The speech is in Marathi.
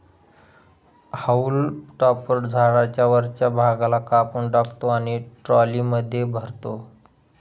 हाऊल टॉपर झाडाच्या वरच्या भागाला कापून टाकतो आणि ट्रॉलीमध्ये भरतो